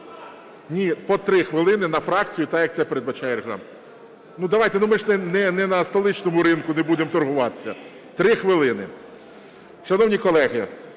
Ні, по 3 хвилини на фракцію, так, як це передбачає Регламент. Ну, давайте, ми ж не на столичному ринку, не будемо торгуватись. 3 хвилини. Шановні колеги,